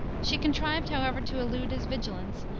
she contrived, however, to elude his vigilance,